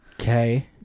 Okay